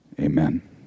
amen